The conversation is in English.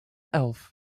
elf